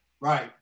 right